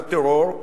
לטרור.